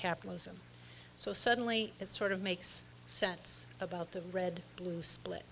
capitalism so suddenly it sort of makes sense about the red blue split